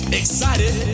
excited